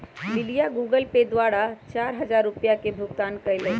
लिलीया Google Pay द्वारा चार हजार रुपिया के भुगतान कई लय